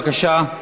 בבקשה.